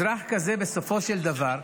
אזרח כזה, בסופו של דבר,